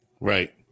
Right